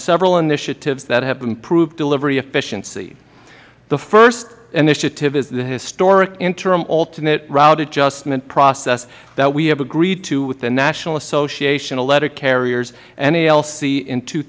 several initiatives that have improved delivery efficiency the first initiative is the historic interim alternate route adjustment process that we have agreed to with the national association of letter carriers nalc in two